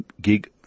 gig